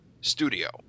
Studio